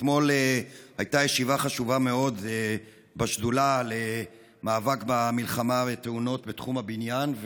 אתמול הייתה ישיבה חשובה מאוד בשדולה למאבק בתאונות בתחום הבניין,